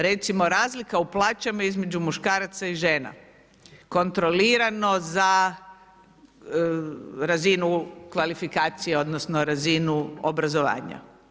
Recimo razlika u plaćama između muškaraca i žena, kontrolirano za razinu kvalifikacija odnosno razinu obrazovanja.